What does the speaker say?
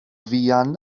fuan